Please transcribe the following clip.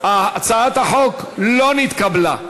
הצעת החוק לא נתקבלה.